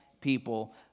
people